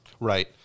Right